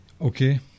Okay